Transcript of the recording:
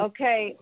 Okay